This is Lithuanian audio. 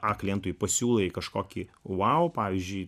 a klientui pasiūlai kažkokį vau pavyzdžiui